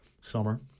summer